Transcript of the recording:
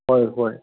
ꯍꯣꯏ ꯍꯣꯏ